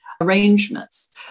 arrangements